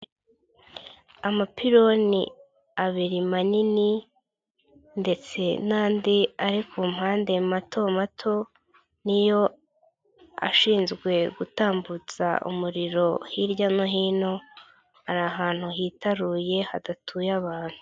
Amapironi abiri manini ndetse n'andi ari ku mpande mato mato, niyo ashinzwe gutambutsa umuriro hirya no hino, ari ahantu hitaruye, hadatuye abantu.